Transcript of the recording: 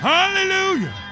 Hallelujah